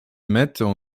mettent